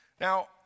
Now